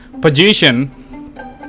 position